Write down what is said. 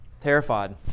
Terrified